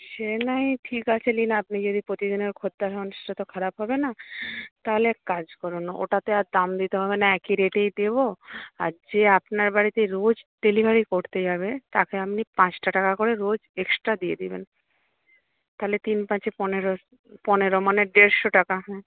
সে না হয় ঠিক আছে নিন আপনি যদি প্রতিদিনের খদ্দের হন সেটা তো খারাপ হবে না তাহলে এক কাজ করুন ওটাতে আর দাম দিতে হবে না একই রেটেই দেব আর যে আপনার বাড়িতে রোজ ডেলিভারি করতে যাবে তাকে আপনি পাঁচটা টাকা করে রোজ এক্সট্রা দিয়ে দেবেন তাহলে তিন পাঁচে পনেরো পনেরো মানে দেড়শো টাকা হ্যাঁ